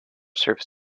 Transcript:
serves